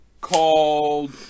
called